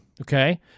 Okay